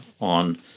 on